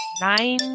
Nine